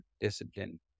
discipline